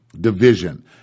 division